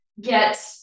get